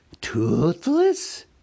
Toothless